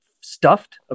stuffed